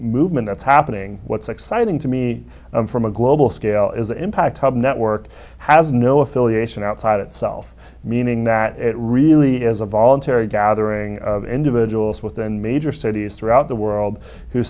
movement that's happening what's exciting to me from a global scale is the impact of network has no affiliation outside itself meaning that it really is a voluntary gathering of individuals within major cities throughout the world who